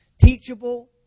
teachable